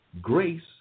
grace